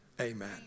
Amen